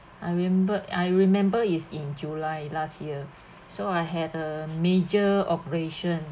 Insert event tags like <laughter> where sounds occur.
I remember I remember is in july last year <breath> so I had a major operation